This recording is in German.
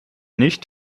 nicht